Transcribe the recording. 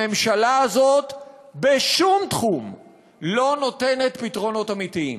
הממשלה הזאת בשום תחום לא נותנת פתרונות אמיתיים.